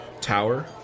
tower